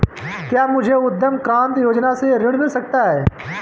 क्या मुझे उद्यम क्रांति योजना से ऋण मिल सकता है?